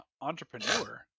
entrepreneur